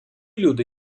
люди